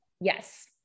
Yes